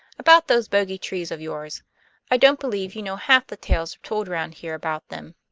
about those bogey trees of yours i don't believe you know half the tales told round here about them.